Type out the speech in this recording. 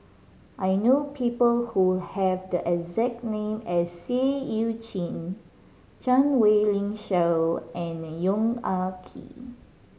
I know people who have the exact name as Seah Eu Chin Chan Wei Ling Cheryl and Yong Ah Kee